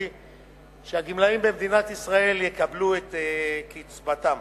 שהגמלאים במדינת ישראל יקבלו את קצבתם.